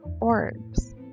orbs